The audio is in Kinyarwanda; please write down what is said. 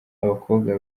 abakobwa